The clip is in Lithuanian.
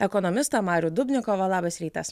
ekonomistą marių dubnikovą labas rytas